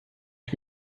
ich